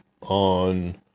on